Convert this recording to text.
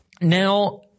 now